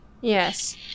Yes